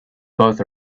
both